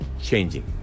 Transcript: Changing